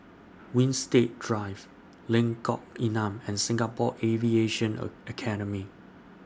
Winstedt Drive Lengkong Enam and Singapore Aviation A Academy